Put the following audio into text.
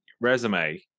resume